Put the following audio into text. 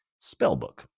Spellbook